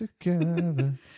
together